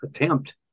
attempt